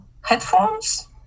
headphones